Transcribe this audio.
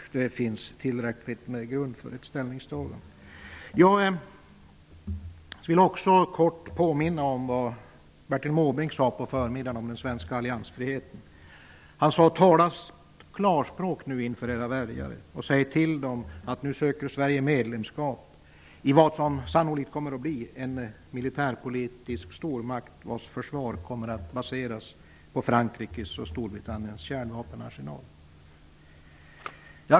Det finns tillräcklig grund för ett ställningstagande. Jag vill också kort påminna om vad Bertil Måbrink sade på förmiddagen om den svenska alliansfriheten. Han sade: Tala klarspråk inför era väljare! Säg till dem att Sverige nu söker medlemskap i vad som sannolikt kommer att bli en militärpolitisk stormakt vars försvar kommer att baseras på Frankrikes och Storbritanniens kärnvapensarsenal!